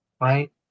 right